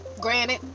granted